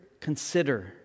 consider